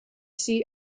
see